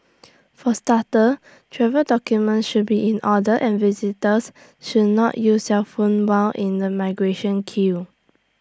for starters travel documents should be in order and visitors should not use cellphones while in the migration queue